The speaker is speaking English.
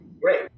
Great